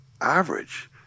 average